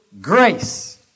grace